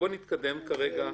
בואו נתקדם לסעיף 9(ג).